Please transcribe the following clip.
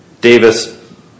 Davis